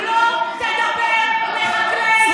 אתה לא תדבר על חקלאי ישראל.